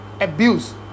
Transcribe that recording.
abuse